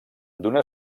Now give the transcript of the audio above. d’una